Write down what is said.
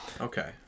Okay